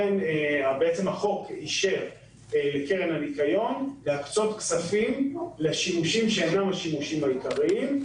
החוק אישר לקרן הניקיון להקצות כספים לשימושים שאינם השימושים העיקרים,